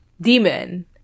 demon